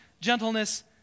gentleness